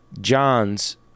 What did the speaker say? Johns